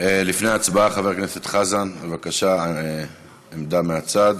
לפני ההצבעה, חבר הכנסת חזן, בבקשה, עמדה מהצד.